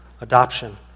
Adoption